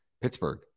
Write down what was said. Pittsburgh